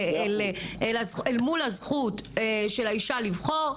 אל מול זכות האישה לבחור,